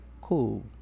cool